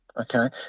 Okay